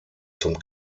zum